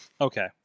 Okay